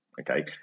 Okay